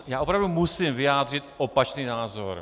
Já opravdu musím vyjádřit opačný názor.